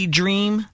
dream